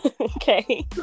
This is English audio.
Okay